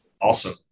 Awesome